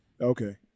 Okay